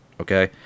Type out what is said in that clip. okay